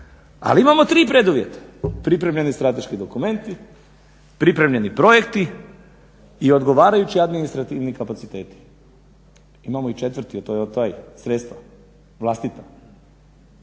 Ali imamo tri preduvjeta pripremljeni strateški dokumenti, pripremljeni projekti i odgovarajući administrativni kapaciteti. Imamo i četvrti, a to je taj sredstva vlastita